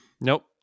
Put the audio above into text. nope